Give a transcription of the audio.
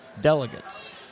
Delegates